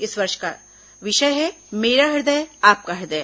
इस वर्ष का विषय है मेरा हृदय आपका हृदय